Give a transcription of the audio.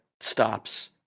stops